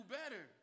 better